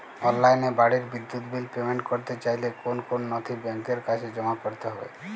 অনলাইনে বাড়ির বিদ্যুৎ বিল পেমেন্ট করতে চাইলে কোন কোন নথি ব্যাংকের কাছে জমা করতে হবে?